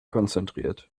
konzentriert